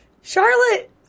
Charlotte